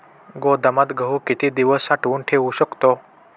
गोदामात गहू किती दिवस साठवून ठेवू शकतो?